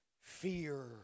fear